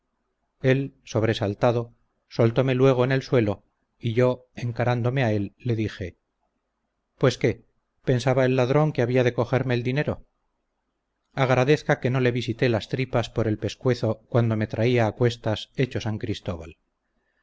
él sobresaltado soltome luego en el suelo y yo encarándome a él le dije pues qué pensaba el ladrón que había de cogerme el dinero agradezca que no le visité las tripas por el pescuezo cuando me traía acuestas hecho san cristóbal